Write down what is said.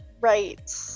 right